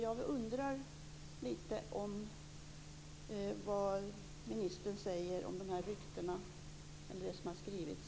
Jag undrar vad ministern har att säga om sanningshalten i dessa rykten och i det som har skrivits.